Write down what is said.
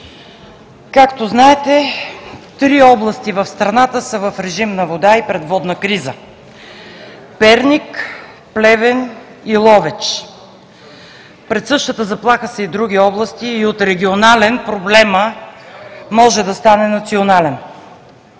Както знаете, три области в страната са в режим на вода и пред водна криза – Перник, Плевен и Ловеч. Пред същата заплаха са и други области и от регионален проблемът може да стане национален.